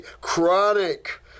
chronic